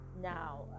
Now